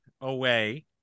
away